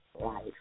life